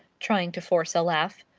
trying to force a laugh.